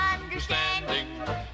understanding